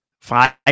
five